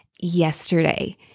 yesterday